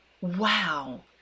Wow